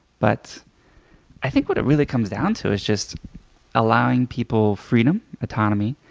but i think what it really comes down to is just allowing people freedom, autonomy,